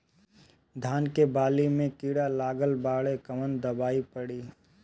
धान के बाली में कीड़ा लगल बाड़े कवन दवाई पड़ी?